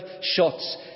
shots